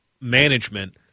management